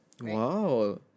Wow